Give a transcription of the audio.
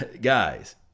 guys